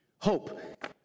Hope